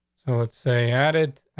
so let's say added,